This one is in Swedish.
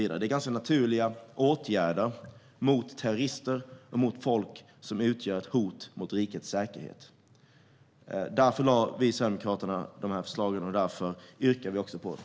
Det är ganska naturliga åtgärder mot terrorister och mot folk som utgör ett hot mot rikets säkerhet. Därför lade vi i Sverigedemokraterna fram dessa förslag, och därför yrkar vi bifall till dem.